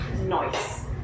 noise